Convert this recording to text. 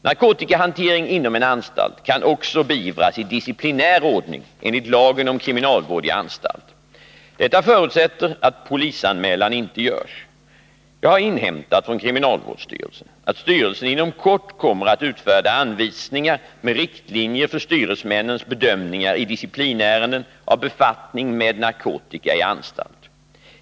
Narkotikahantering inom en anstalt kan också beivras i disciplinär ordning enligt lagen om kriminalvård i anstalt. Detta förutsätter att polisanmälan inte görs. Jag har inhämtat från kriminalvårdsstyrelsen att styrelsen inom kort kommer att utfärda anvisningar med riktlinjer för styresmännens bedömningar i disciplinärenden av befattning med narkotika i anstalt.